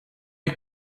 you